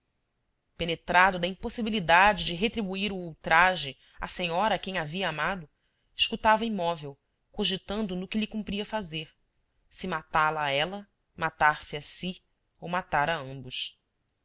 penetrado da impossibilidade de retribuir o ultraje à senhora a quem havia amado escutava imóvel cogitando no que lhe cumpria fazer se matá-la a ela matar-se a si ou matar a ambos